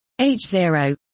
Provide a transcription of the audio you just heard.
H0